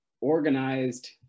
organized